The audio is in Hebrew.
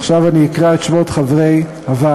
עכשיו אני אקרא את שמות חברי הוועדות,